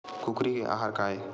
कुकरी के आहार काय?